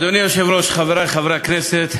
אדוני היושב-ראש, חברי חברי הכנסת,